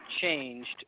changed